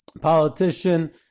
politician